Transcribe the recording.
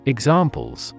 Examples